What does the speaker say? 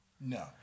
No